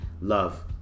Love